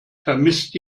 vermisst